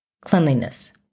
Cleanliness